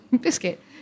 Biscuit